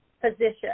position